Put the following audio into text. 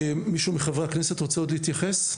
מישהו מחברי הכנסת רוצה עוד להתייחס?